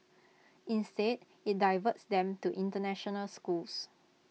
instead IT diverts them to International schools